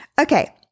Okay